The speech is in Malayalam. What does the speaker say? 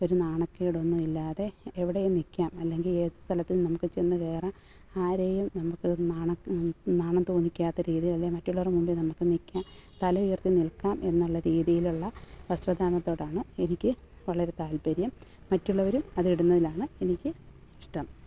ഒരു നാണക്കേടൊന്നും ഇല്ലാതെ എവിടേയും നിൽക്കാം അല്ലെങ്കിൽ ഏത് സ്ഥലത്തും നമുക്ക് ചെന്നു കയറാം ആരെയും നമുക്ക് നാണം തോന്നിക്കാത്ത രീതിയിൽ അല്ലേ മറ്റുള്ളവരുടെ മുമ്പിൽ നമുക്ക് നിൽക്കാം തല ഉയർത്തി നിൽക്കാം എന്നുള്ള രീതിയിലുള്ള വസ്ത്രധാരണത്തോടാണ് എനിക്ക് വളരെ താല്പര്യം മറ്റുള്ളവരും അത് ഇടുന്നതിലാണ് എനിക്ക് ഇഷ്ടം